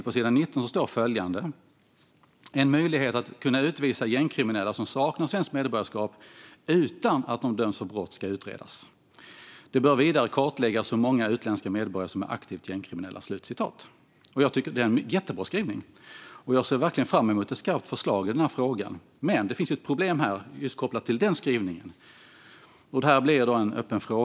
På sidan 19 står det: "En möjlighet att kunna utvisa gängkriminella som saknar svenskt medborgarskap utan att de dömts för brott ska utredas . Det bör vidare kartläggas hur många utländska medborgare som är aktiva gängkriminella." Det är en jättebra skrivning. Jag ser verkligen fram emot ett skarpt förslag i frågan. Men det finns ett problem kopplat till just den skrivningen. Det här blir en öppen fråga.